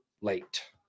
late